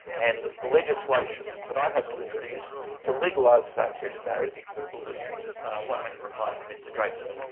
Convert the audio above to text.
and the legislation that i hope to introduce to legalise same-sex marriage will do so. a one-minute reply from mr dreyfus.